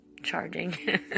charging